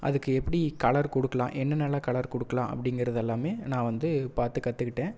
அதுக்கு எப்படி கலர் கொடுக்கலாம் என்னென்னலாம் கலர் கொடுக்கலாம் அப்படிங்கிறதெல்லாமே நான் வந்து பார்த்து கற்றுக்கிட்டேன்